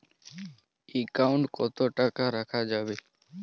Account কত টাকা রাখা যাবে?